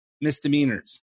misdemeanors